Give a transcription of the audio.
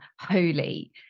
holy